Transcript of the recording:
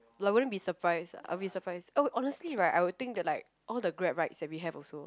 like I wouldn't be surprised I'll be surprised oh honestly right I would think that like all the Grab rides that we have also